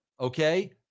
okay